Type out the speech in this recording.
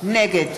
נגד